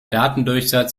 datendurchsatz